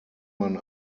man